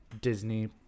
Disney